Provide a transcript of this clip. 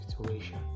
situation